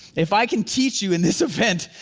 if i can teach you in this event,